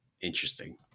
interesting